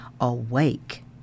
awake